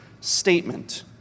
Statement